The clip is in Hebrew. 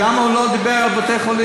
למה הוא לא דיבר על בתי-חולים.